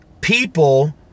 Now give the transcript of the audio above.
people